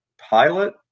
pilot